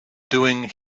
doing